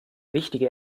wichtige